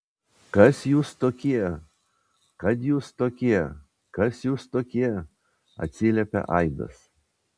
kas jūs tokie kad jūs tokie kas jūs tokie atsiliepė aidas